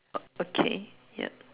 okay ya